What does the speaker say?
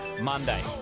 Monday